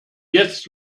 jetzt